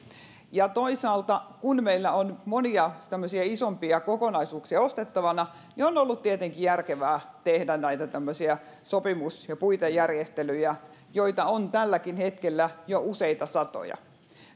toisaalta kun meillä on monia tämmöisiä isompia kokonaisuuksia ostettavana on on ollut tietenkin järkevää tehdä tämmöisiä sopimus ja puitejärjestelyjä joita on tälläkin hetkellä jo useita satoja